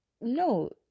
no